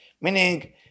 meaning